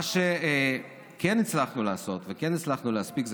מה שכן הצלחנו לעשות וכן הצלחנו להספיק זה